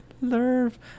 Love